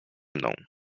mną